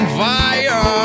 fire